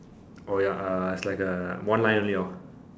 oh ya uh it's like a one line only hor